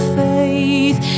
faith